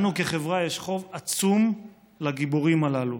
לנו, כחברה, יש חוב עצום לגיבורים הללו.